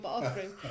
bathroom